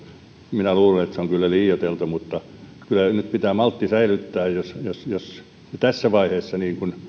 minä luulen että se on kyllä liioiteltu mutta kyllä nyt pitää maltti säilyttää jos jos tässä vaiheessa